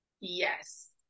Yes